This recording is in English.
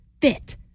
fit